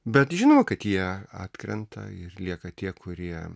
bet žinau kad jie atkrenta ir lieka tie kurie